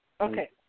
Okay